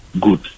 good